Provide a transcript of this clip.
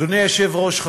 אדוני היושב-ראש,